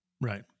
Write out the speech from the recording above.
Right